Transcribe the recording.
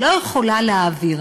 היא לא יכולה להעביר,